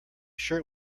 shirt